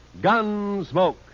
Gunsmoke